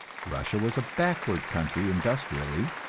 russia was a backward country industrially,